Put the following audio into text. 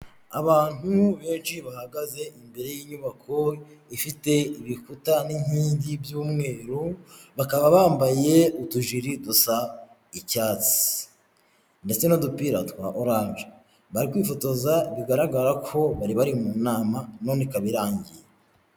Abantu benshi bahagaze imbere y'inyubako ifite ibikuta n'inkingi by'umweru, bakaba bambaye utujirI dusa icyatsi ndetse n'udupira twa oranje, bari kwifotoza bigaragara ko bari bari mu nama none ikaba irangiye.